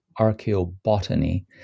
archaeobotany